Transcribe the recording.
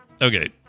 Okay